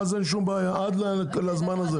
עד לזמן הזה.